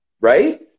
Right